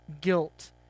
guilt